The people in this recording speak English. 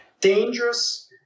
Dangerous